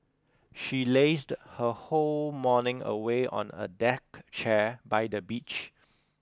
she lazed her whole morning away on a deck chair by the beach